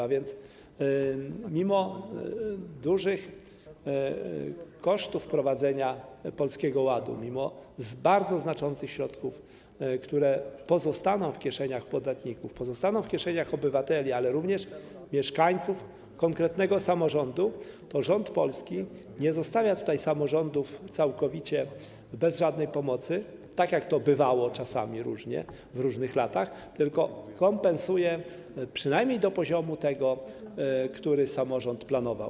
A więc mimo dużych kosztów wprowadzenia Polskiego Ładu, mimo bardzo znaczących środków, które pozostaną w kieszeniach podatników, pozostaną w kieszeniach obywateli, ale również mieszkańców konkretnego samorządu, rząd Polski nie zostawia samorządów całkowicie bez żadnej pomocy, tak jak to czasami bywało, różnie w różnych latach, tylko kompensuje, przynajmniej do tego poziomu, który samorząd planował.